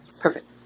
Perfect